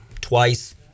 twice